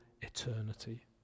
eternity